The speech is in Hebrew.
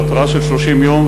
בהתראה של 30 יום,